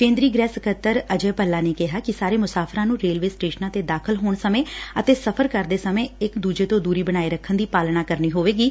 ਕੇ ਦਰੀ ਗੁਹਿ ਸਕੱਤਰ ਅਜੇ ਭੱਲਾ ਨੇ ਕਿਹੈ ਕਿ ਸਾਰੇ ਮੁਸਾਫ਼ਰਾਂ ਨੂੰ ਰੇਲਵੇ ਸਟੇਸ਼ਨਾਂ ਤੇ ਦਾਖ਼ਲ ਹੋਣ ਸਮੇਂ ਅਤੇ ਸਫ਼ਰ ਕਰਦੇ ਸਮੇਂ ਇਕ ਦੂਜੇ ਤੋਂ ਦੂਰੀ ਬਣਾਏ ਰੱਖਣ ਦੀ ਪਾਲਣਾ ਕਰਨੀ ਹੋਵੇਗੀ